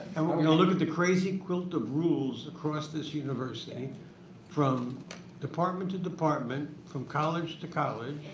and when we look at the crazy quilt of rules across this university from department to department, from college to college,